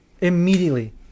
immediately